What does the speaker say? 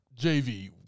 JV